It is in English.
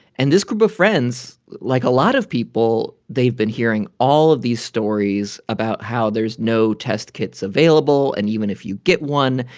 and this group of friends, like a lot of people, they've been hearing all of these stories about how there's no test kits available. and even if you get one,